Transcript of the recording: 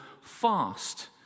fast